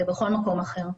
כבכל מקום אחר.